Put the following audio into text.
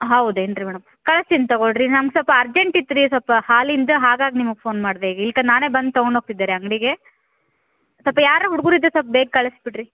ಹೌದೇನ್ರೀ madam ಕಳ್ಸೀನಿ ತಗೊಳ್ರಿ ನಮ್ಗೆ ಸ್ವಲ್ಪ ಅರ್ಜೆಂಟ್ ಇತ್ರಿ ಸ್ವಲ್ಪ ಹಾಲಿಂದ ಹಾಗಾಗಿ ನಿಮ್ಗೆ ಫೋನ್ ಮಾಡದೆ ಈಗ ಇಲ್ಲ ನಾನೆ ಬಂದು ತಗೊಂಡು ಹೋಗ್ತಿದೆ ರೀ ಅಂಗಡಿಗೆ ಸ್ವಲ್ಪ ಯಾರ ಹುಡ್ಗರು ಇದ್ದರೆ ಸ್ವಲ್ಪ ಬೇಗ ಕಳ್ಸಿ ಬಿಡ್ರಿ